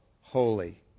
holy